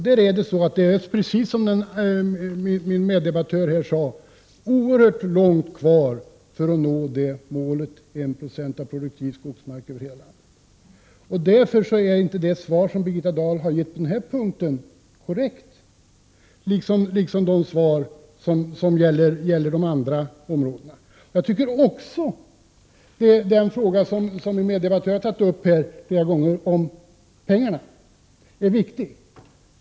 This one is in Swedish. Det är, precis som min meddebattör här sade, oerhört långt kvar när det gäller att nå målet en procent av den produktiva skogsmarken över hela landet. Därför är inte det svar som Birgitta Dahl har gett på den här punkten korrekt — liksom inte de svar som gäller de andra frågorna. Den fråga som min meddebattör har tagit upp här flera gånger — om pengarna — är också viktig.